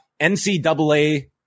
NCAA